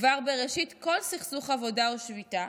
כבר בראשית כל סכסוך עבודה או שביתה,